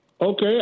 Okay